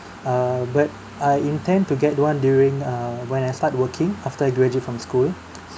err but I intend to get one during err when I start working after I graduate from school